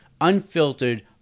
unfiltered